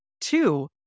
Two